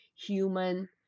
human